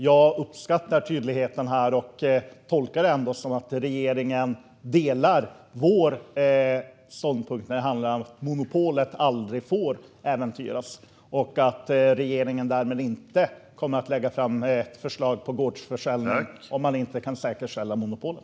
Jag uppskattar tydligheten här och tolkar det ändå som att regeringen delar vår ståndpunkt när det gäller att monopolet aldrig får äventyras och att regeringen därmed inte kommer att lägga fram förslag om gårdsförsäljning om man inte kan säkerställa monopolet.